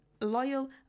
loyal